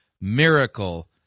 miracle